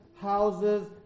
houses